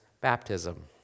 baptism